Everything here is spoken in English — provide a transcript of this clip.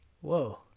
Whoa